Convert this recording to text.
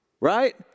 right